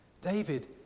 David